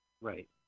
Right